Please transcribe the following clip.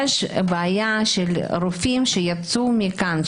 יש בעיה של רופאים שיצאו מכאן,